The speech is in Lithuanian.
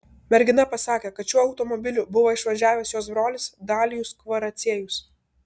mergina pasakė kad šiuo automobiliu buvo išvažiavęs jos brolis dalijus kvaraciejus